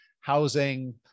housing